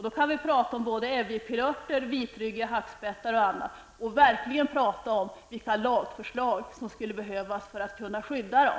Då kan vi prata om ävjepilörter, vitryggig hackspett och annat. Då kan vi verkligen prata om vilka lagförslag som skulle behövas för att kunna skydda dem.